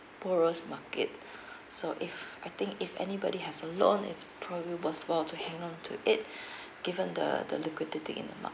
poorest market so if I think if anybody has a loan it's probably worthwhile to hang on to it given the the liquidity in the